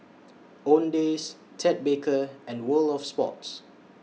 Owndays Ted Baker and World of Sports